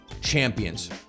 champions